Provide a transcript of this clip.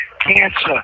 cancer